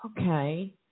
okay